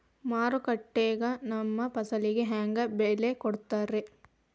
ಮಾರುಕಟ್ಟೆ ಗ ನಮ್ಮ ಫಸಲಿಗೆ ಹೆಂಗ್ ಬೆಲೆ ಕಟ್ಟುತ್ತಾರ ರಿ?